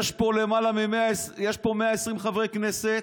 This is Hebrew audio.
יש פה 120 חברי כנסת.